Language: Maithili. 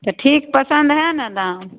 तऽ ठीक पसन्द हइ ने दाम